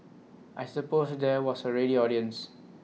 I suppose there was A ready audience